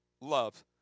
love